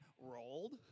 rolled